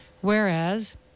Whereas